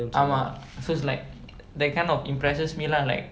ஆமா:aamaa so it's like that kind of impresses me lah like